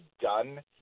done